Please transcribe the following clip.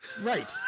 Right